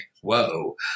whoa